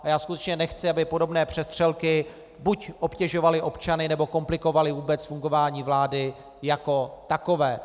A já skutečně nechci, aby podobné přestřelky buď obtěžovaly občany, nebo komplikovaly vůbec fungování vlády jako takové.